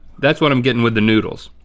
that's what i'm gettin' with the noodles.